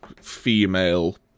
female